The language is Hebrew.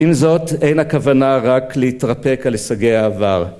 עם זאת אין הכוונה רק להתרפק על הישגי העבר